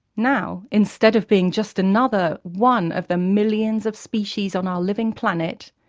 now, instead of being just another one of the millions of species on our living planet,